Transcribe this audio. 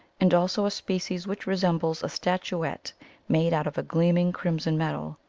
and also a species which resembles a statu ette made out of a gleaming crimson metal,